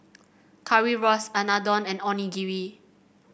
Currywurst Unadon and Onigiri